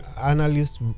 analysts